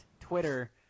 Twitter